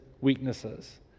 weaknesses